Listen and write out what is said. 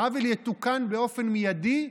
העוול יתוקן באופן מיידי,